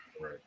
Right